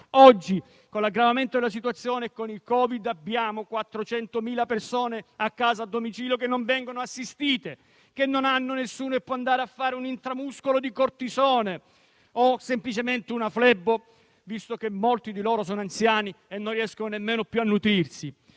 Oggi, con l'aggravamento della situazione e con il Covid-19, abbiamo 400.000 persone a casa che non vengono assistite, che non hanno nessuno che possa andare a fargli iniezioni intramuscolo di cortisone o semplicemente una flebo, visto che molti di loro sono anziani e non riescono nemmeno più a nutrirsi.